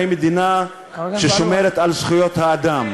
נורבגיה היא מדינה ששומרת על זכויות האדם.